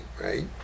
right